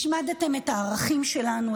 השמדתם את הערכים שלנו,